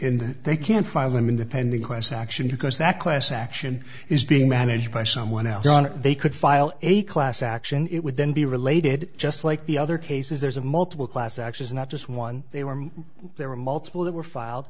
and they can file them in the pending class action because that class action is being managed by someone else they could file a class action it would then be related just like the other cases there's a multiple class actions not just one they were there were multiple that were filed